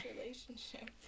relationship